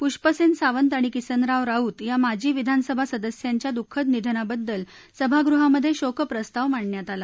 पुष्पसेन सावंत आणि किसनराव राऊत या माजी विधानसभा सदस्यांच्या दुःखद निधनाबद्दल सभागृहामधे शोक प्रस्ताव मांडण्यात आला